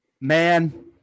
Man